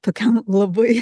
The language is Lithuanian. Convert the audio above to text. tokiam labai